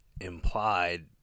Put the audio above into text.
implied